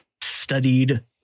studied